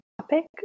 topic